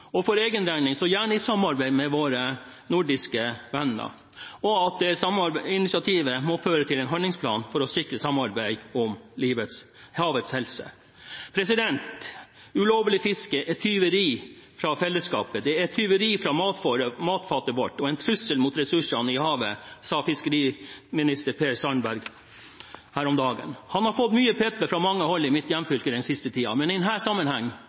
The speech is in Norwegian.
initiativ, for egen regning gjerne i samarbeid med våre nordiske venner, og at det initiativet må føre til en handlingsplan for å sikre samarbeid om havets helse. «Ulovlig fiske er tyveri fra fellesskapet. Det er tyveri fra matfatet vårt og en trussel mot ressursene i havet.» Dette sa fiskeriminister Per Sandberg her om dagen. Han har fått mye pepper fra mange hold i mitt hjemfylke den siste tiden, men i denne sammenheng fortjener han en